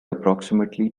approximately